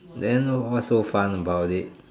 then what's so fun about it